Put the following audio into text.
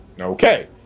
Okay